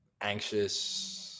anxious